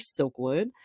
Silkwood